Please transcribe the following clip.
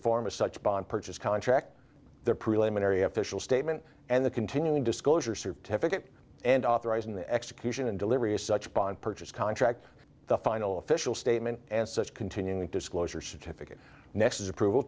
form of such bond purchase contract their preliminary official statement and the continuing disclosure certificate and authorizing the execution and delivery of such bond purchase contract the final official statement and such continuing the disclosure certificate next as approval